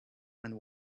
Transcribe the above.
and